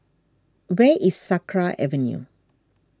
where is Sakra Avenue